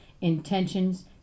intentions